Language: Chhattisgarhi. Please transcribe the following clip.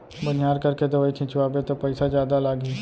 बनिहार करके दवई छिंचवाबे त पइसा जादा लागही